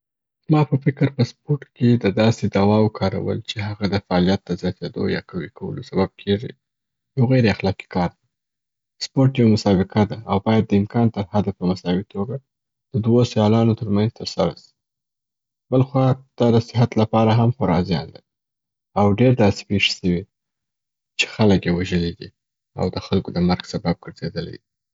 زما په فکر په سپورټ کې د داسي دواوو کارول چې هغه د فعالیت د زیاتیدو یا قوی کولو سبب کیږي، یو غیر اخلاقي کار دی. سپورټ یو مسابقه ده، او باید د امکان تر حده په مساوي توګه د دوو سیالانو تر منځ تر سره سي. بلخوا دا د صحت لپاره هم خورا زیان لري او ډېر داسي پیښي سوي چې خلګ یې وژلي دي او د خلګو د مرګ سبب ګرځیدلی.